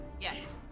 Yes